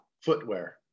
footwear